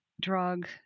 drug